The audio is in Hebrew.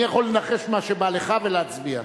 אני יכול לנחש מה שבא לך, ולהצביע.